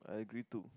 I agree too